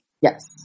Yes